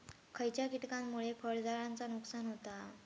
खयच्या किटकांमुळे फळझाडांचा नुकसान होता?